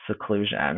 seclusion